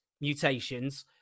mutations